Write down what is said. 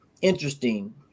interesting